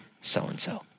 so-and-so